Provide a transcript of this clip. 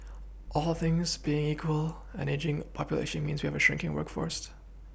all things being equal an ageing population means that we have a shirking workforce